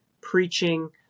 preaching